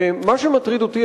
מה שמטריד אותי,